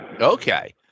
Okay